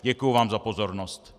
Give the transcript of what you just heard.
Děkuji vám za pozornost.